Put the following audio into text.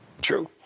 True